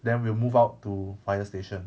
then we'll move out to fire station